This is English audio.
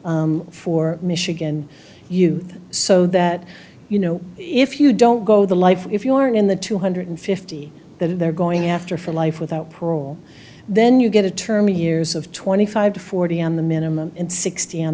process for michigan you so that you know if you don't go the life if you are in the two hundred fifty that they're going after for life without parole then you get a term of years of twenty five to forty on the minimum and sixty on